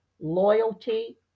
loyalty